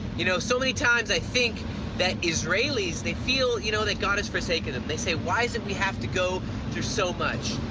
you know, so many times i think that israelis, they feel you know that god has forsaken them. they say, why is it we have to go thru so much?